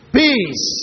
peace